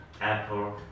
Apple